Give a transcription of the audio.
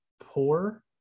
poor